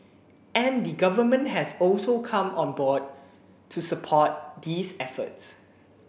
and the Government has also come on board to support these efforts